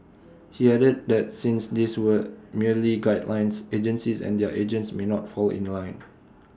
he added that since these were merely guidelines agencies and their agents may not fall in line